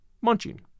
munching